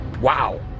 Wow